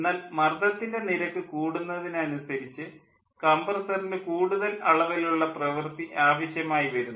എന്നാൽ മർദ്ദത്തിൻ്റെ നിരക്ക് കൂടുന്നതിന് അനുസരിച്ച് കംപ്രസ്സറിന് കൂടുതൽ അളവിലുള്ള പ്രവൃത്തി ആവശ്യമായി വരുന്നു